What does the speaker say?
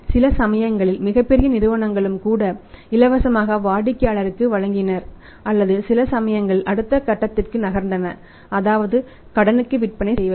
சில சமயங்களில் மிகப் பெரிய நிறுவனங்களும் கூட இலவசமாக வாடிக்கையாளருக்கு வழங்கினர் அல்லது சில சமயங்களில் அடுத்த கட்டத்திற்கு நகர்ந்தன அதாவது கடனுக்கு விற்பனை செய்வது